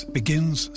begins